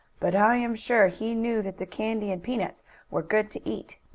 but i am sure he knew that the candy and peanuts were good to eat.